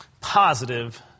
positive